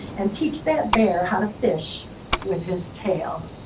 and teach that bear how to fish with his tail.